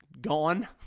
gone